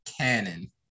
Cannon